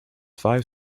five